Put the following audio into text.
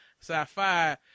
Sci-fi